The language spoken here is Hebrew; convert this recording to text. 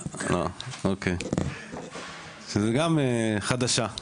שזה גם חדשה.